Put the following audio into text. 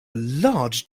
large